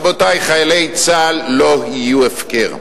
רבותי, חיילי צה"ל לא יהיו הפקר.